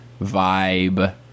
vibe